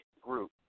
group